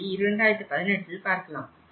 அதை 2018ல் பார்க்கலாம்